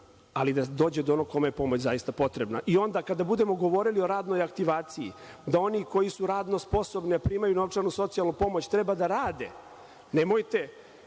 ali da dođe do onog kome je pomoć zaista potrebna. Onda, kada budemo govorili o radnoj aktivaciji, da oni koji su radno sposobni, a primaju novčanu socijalnu pomoć, treba da rade, nemojte